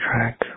track